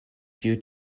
due